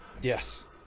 yes